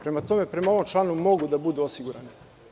Prema tome, prema ovom članu mogu da budu osigurani.